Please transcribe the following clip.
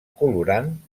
colorant